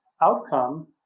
outcome